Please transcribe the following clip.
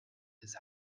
his